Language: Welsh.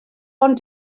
ond